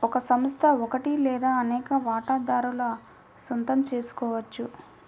ఒక సంస్థ ఒకటి లేదా అనేక వాటాదారుల సొంతం చేసుకోవచ్చు